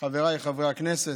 חבריי חברי הכנסת,